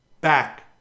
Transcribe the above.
back